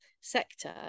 sector